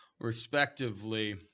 respectively